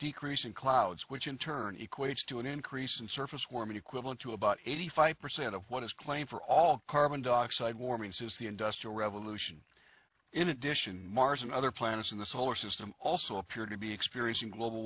decrease in clouds which in turn equates to an increase in surface warming equivalent to about eighty five percent of what is claimed for all carbon dioxide warming since the industrial revolution in addition mars and other planets in the solar system also appear to be experiencing global